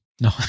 No